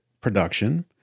production